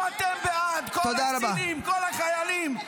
תצביעו אתם בעד, כל הקצינים, כל החיילים.